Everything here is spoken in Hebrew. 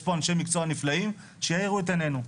פה אנשי מקצוע נפלאים שיאירו את עיננו.